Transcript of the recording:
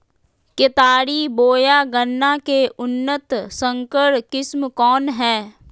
केतारी बोया गन्ना के उन्नत संकर किस्म कौन है?